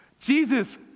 Jesus